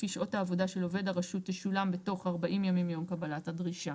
לפי שעות העבודה של עובד הרשות תשולם בתוך 40 ימים מיום קבלת הדרישה.